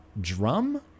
Drum